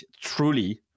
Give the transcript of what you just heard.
truly